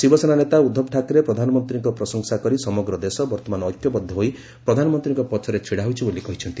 ଶିବସେନା ନେତା ଉଦ୍ଧବ ଠାକରେ ପ୍ରଧାନମନ୍ତ୍ରୀଙ୍କ ପ୍ରଶଂସା କରି ସମଗ୍ର ଦେଶ ବର୍ତ୍ତମାନ ଐକ୍ୟବଦ୍ଧ ହୋଇ ପ୍ରଧାନମନ୍ତ୍ରୀଙ୍କ ପଛରେ ଛିଡାହୋଇଛି ବୋଲି କହିଛନ୍ତି